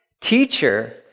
teacher